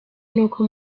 n’uko